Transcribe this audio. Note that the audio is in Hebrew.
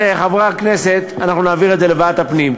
ובהסכמת חברי הכנסת אנחנו נעביר את זה לוועדת הפנים.